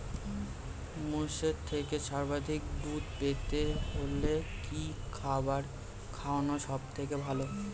মোষের থেকে সর্বাধিক দুধ পেতে হলে কি খাবার খাওয়ানো সবথেকে ভালো?